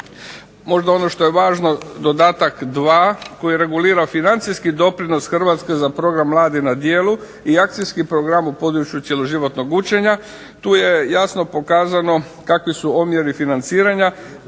Možda ono što je važno, dodatak dva koji regulira financijski doprinos Hrvatske za Program mladi na djelu i Akcijski program u području cjeloživotnog učenja. Tu je jasno pokazano kakvi su omjeri financiranja,